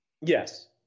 Yes